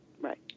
Right